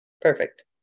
Perfect